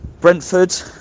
Brentford